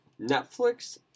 Netflix